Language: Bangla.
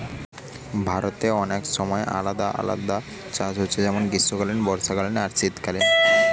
ভারতে অনেক সময় আলাদা আলাদা চাষ হচ্ছে যেমন গ্রীষ্মকালীন, বর্ষাকালীন আর শীতকালীন